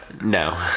no